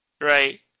Right